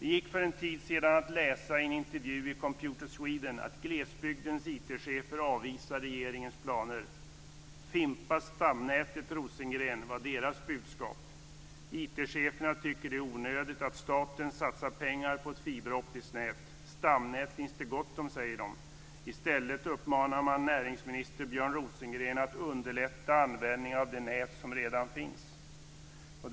Det gick för en tid sedan att läsa i en intervju i Computer Sweden att glesbygdens IT-chefer avvisar regeringens planer. Fimpa stamnätet, Rosengren! var deras budskap. IT-cheferna tycker det är onödigt att staten satsar pengar på ett fiberoptiskt nät. Stamnät finns det gott om, säger de. I stället uppmanar man näringsminister Björn Rosengren att underlätta användningen av de nät som redan finns.